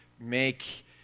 make